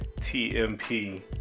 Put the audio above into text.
T-M-P